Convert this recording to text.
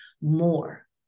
more